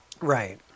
Right